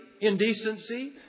indecency